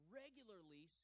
regularly